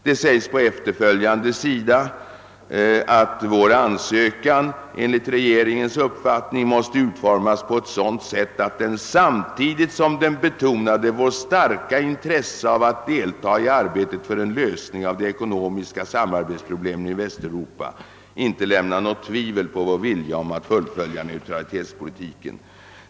Det säges vidare att vår ansökan enligt regeringens uppfattning »måste utformas på ett sådant sätt, att den samtidigt som den betonade vårt starka intresse av att delta i arbetet för en lösning av de ekonomiska samarbetsproblemen i Västeuropa inte lämnade något tvivel på vår vilja att fullfölja neutralitetspolitiken».